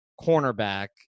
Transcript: cornerback